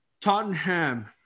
Tottenham